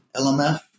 LMF